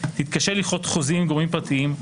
תתקשה לכרות חוזים עם גורמים פרטיים,